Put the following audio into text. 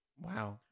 Wow